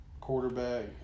quarterback